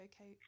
okay